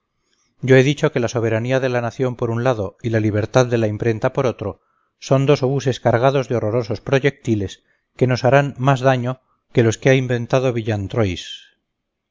yo he dicho que la soberanía de la nación por un lado y la libertad de la imprenta por otro son dos obuses cargados de horrorosos proyectiles que nos harán más daño que los que ha inventado